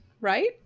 right